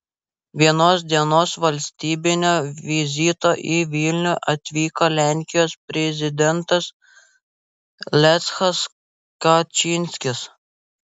vienos dienos valstybinio vizito į vilnių atvyko lenkijos prezidentas lechas kačynskis